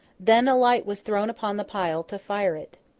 then, a light was thrown upon the pile to fire it.